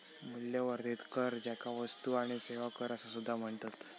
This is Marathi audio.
मूल्यवर्धित कर, ज्याका वस्तू आणि सेवा कर असा सुद्धा म्हणतत